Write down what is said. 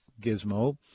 gizmo